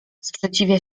sprzeciwia